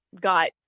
got